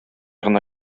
гына